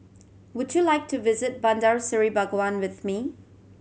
would you like to visit Bandar Seri Begawan with me